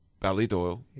Ballydoyle